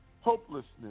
hopelessness